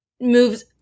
moves